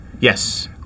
Yes